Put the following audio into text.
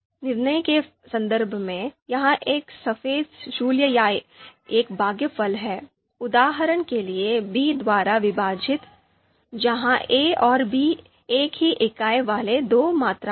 निर्णय के संदर्भ में यह एक सापेक्ष मूल्य या एक भागफल है उदाहरण के लिए बी द्वारा विभाजित जहां ए और बी एक ही इकाई वाले दो मात्राएं हैं